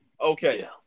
Okay